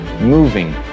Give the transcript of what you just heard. moving